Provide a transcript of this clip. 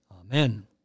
Amen